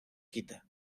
quita